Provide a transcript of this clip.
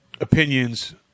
opinions